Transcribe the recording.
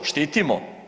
Štitimo?